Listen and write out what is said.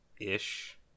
ish